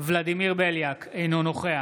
ולדימיר בליאק, אינו נוכח